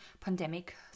pandemic